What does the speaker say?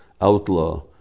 outlaw